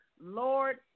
Lord